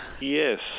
Yes